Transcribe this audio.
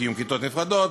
בקיום כיתות נפרדות,